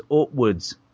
upwards